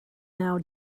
now